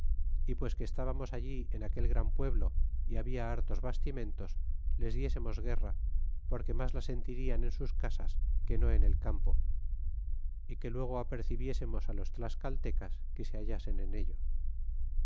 y pues que estábamos allí en aquel gran pueblo é habla hartos bastimentos les diésemos guerra porque mas la sentirian en sus casas que no en el campo y que luego apercibiésemos á los tlascaltecas que se hallasen en ello